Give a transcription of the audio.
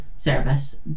service